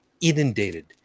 inundated